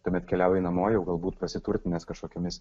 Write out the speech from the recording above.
tuomet keliauji namo jau galbūt pasitursinęs kažkokiomis